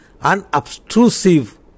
unobtrusive